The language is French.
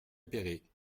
appéré